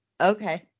okay